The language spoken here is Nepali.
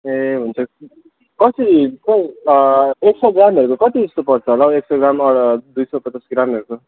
ए हुन्छ कसरी एक सौ ग्रामहरूको कति जस्तो पर्छ होला हौ एक सौ ग्राम दुई सौ पचास ग्रामहरूको